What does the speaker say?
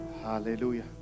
Hallelujah